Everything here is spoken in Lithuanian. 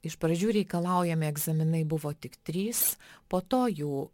iš pradžių reikalaujami egzaminai buvo tik trys po to jų